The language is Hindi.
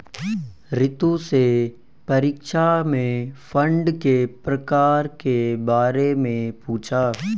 रितु से परीक्षा में फंड के प्रकार के बारे में पूछा